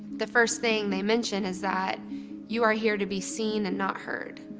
the first thing they mention is that you are here to be seen and not heard.